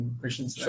questions